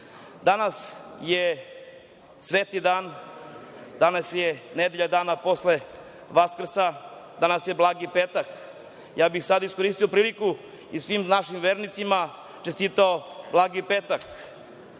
je sveti dan, danas je nedelju dana posle Vaskrsa, danas je Blagi petak. Ja bih sada iskoristio priliku i svim našim vernicima čestitao Blagi petak.